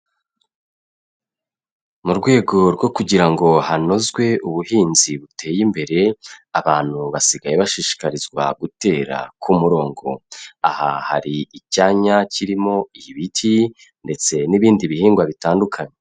Mu rwego rwo kugira ngo hanozwe ubuhinzi buteye imbere, abantu basigaye bashishikarizwa gutera ku murongo, aha hari icyanya kirimo ibiti ndetse n'ibindi bihingwa bitandukanye.